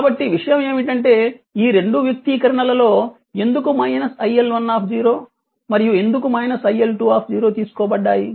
కాబట్టి విషయం ఏమిటంటే ఈ రెండు వ్యక్తీకరణలలో ఎందుకు iL1 మరియు ఎందుకు iL2 తీసుకోబడ్డాయి